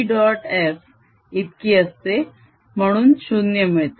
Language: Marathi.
F इतकी असते म्हणून 0 मिळते